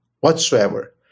whatsoever